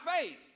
faith